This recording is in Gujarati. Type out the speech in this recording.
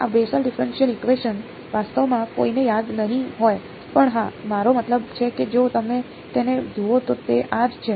આ બેસલ ડિફરેનશીયલ ઇકવેશન વાસ્તવમાં કોઈને યાદ નહીં હોય પણ હા મારો મતલબ છે કે જો તમે તેને જુઓ તો તે આ જ છે